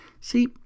See